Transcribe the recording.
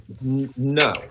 No